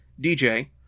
DJ